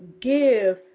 give